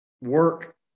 Work